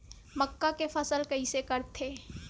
मक्का के फसल कइसे करथे?